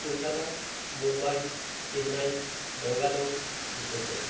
Kolkata Mumbai Chennai Bangalore Uttar Pradesh